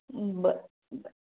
बरं बरं